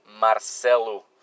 Marcelo